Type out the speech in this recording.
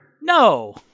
No